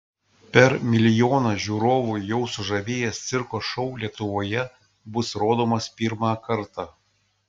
per milijoną žiūrovų jau sužavėjęs cirko šou lietuvoje bus rodomas pirmą kartą